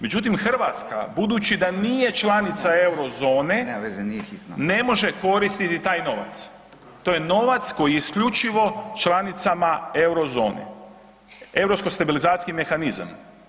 Međutim, Hrvatska, budući da nije članica Eurozone, ne može koristiti taj novac, to je novac koji je isključivo članicama Eurozone, Europski stabilizacijski mehanizam.